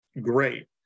Great